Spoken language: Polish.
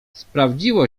sprawdziło